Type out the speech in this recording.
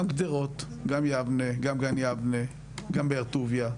גם גדרות, גם יבנה, גם גן יבנה, גם באר טוביה.